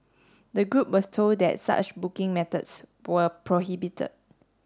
the group was told that such booking methods were prohibited